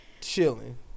chilling